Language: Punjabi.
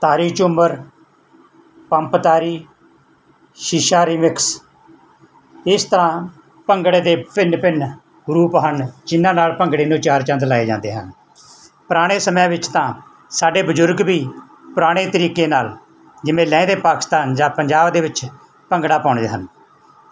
ਤਾਰੀ ਝੂਮਰ ਪੰਪ ਤਾਰੀ ਸ਼ੀਸ਼ਾ ਰਿਮਿਕਸ ਇਸ ਤਰ੍ਹਾਂ ਭੰਗੜੇ ਦੇ ਭਿੰਨ ਭਿੰਨ ਰੂਪ ਹਨ ਜਿਹਨਾਂ ਨਾਲ ਭੰਗੜੇ ਨੂੰ ਚਾਰ ਚੰਦ ਲਾਏ ਜਾਂਦੇ ਹਨ ਪੁਰਾਣੇ ਸਮਿਆਂ ਵਿੱਚ ਤਾਂ ਸਾਡੇ ਬਜ਼ੁਰਗ ਵੀ ਪੁਰਾਣੇ ਤਰੀਕੇ ਨਾਲ ਜਿਵੇਂ ਲਹਿੰਦੇ ਪਾਕਿਸਤਾਨ ਜਾਂ ਪੰਜਾਬ ਦੇ ਵਿੱਚ ਭੰਗੜਾ ਪਾਉਂਦੇ ਹਨ